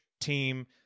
team